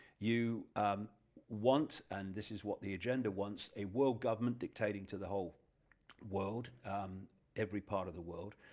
you want, and this is what the agenda wants a world government dictating to the whole world every part of the world,